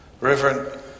Reverend